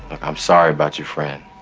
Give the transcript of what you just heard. i'm sorry about your friend.